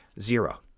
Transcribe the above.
zero